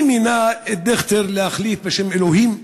מי מינה את דיכטר להחליט בשם אלוהים?